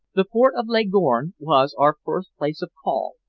the port of leghorn was our first place of call,